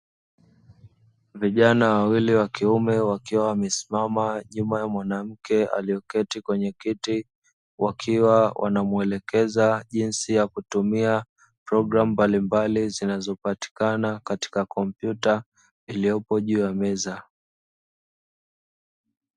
Vijana wawili wa kiume wakiwa wamesimama nyuma ya mwanamke aliyeketi kwenye kiti wakiwa wanamuelekeza jinsi ya kutumia programu mbalimbali zinazo patikana katika kompyuta, iliyopo juu ya meza.